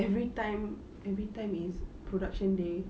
every time every time is production day